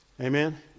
Amen